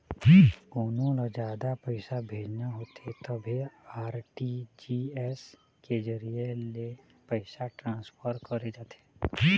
कोनो ल जादा पइसा भेजना होथे तभे आर.टी.जी.एस के जरिए ले पइसा ट्रांसफर करे जाथे